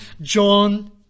John